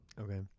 Okay